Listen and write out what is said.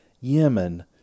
Yemen